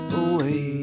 away